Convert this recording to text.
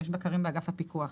יש בקרים באגף הפיקוח.